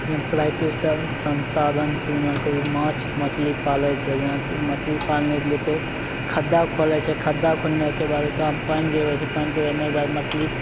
जेना प्राकृत सन संसाधन छै जेना कभी माछ मछली पालैत छै जेना मछली पालनेके लिए फेर खद्दा खुनैत छै खद्दा खुननेके बाद ओकरामे पानि गिरबैत छै पानि गिरैनेके बाद मछली